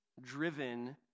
driven